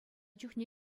чухне